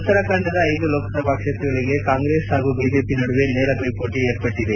ಉತ್ತರಾಖಂಡದ ಐದು ಲೋಕಸಭಾ ಕ್ಷೇತ್ರಗಳಲ್ಲಿ ಕಾಂಗ್ರೆಸ್ ಹಾಗೂ ಬಿಜೆಪಿ ನಡುವೆ ನೇರ ಪೈಪೋಟಿ ಏರ್ಪಟ್ಟದೆ